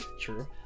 true